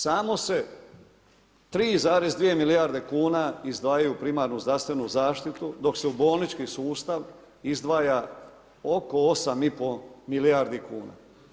Samo se 3,2 milijarde kuna izdvajaju u primarnu zdravstvenu zaštitu, dok se u bolnički sustav izdvaja oko 8 i pol milijardi kuna.